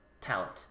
talent